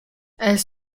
elles